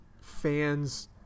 fans